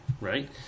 right